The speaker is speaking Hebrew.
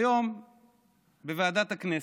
היום בוועדת הכנסת,